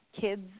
kids